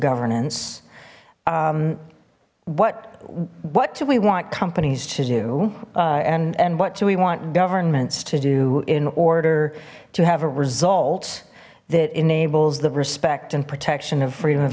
governance what what do we want companies to do and and what do we want governments to do in order to have a result that enables the respect and protection of freedom of